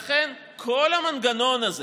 לכן כל המנגנון הזה,